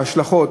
ההשלכות,